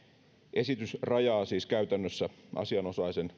esitys rajaa siis käytännössä asianosaisen